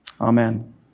Amen